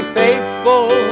faithful